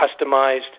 customized